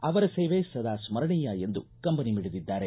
ಅವರ ಸೇವೆ ಸದಾ ಸ್ಕರಣೇಯ ಎಂದು ಕಂಬನಿ ಮಿಡಿದಿದ್ದಾರೆ